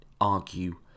argue